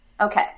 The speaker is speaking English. okay